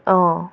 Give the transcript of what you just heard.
অঁ